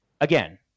Again